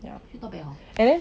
yeah and then